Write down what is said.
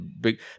Big